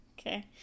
Okay